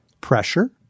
pressure